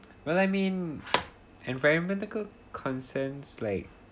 well I mean environmental concerns like